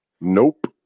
Nope